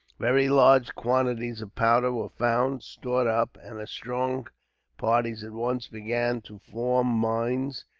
very large quantities of powder were found, stored up, and strong parties at once began to form mines,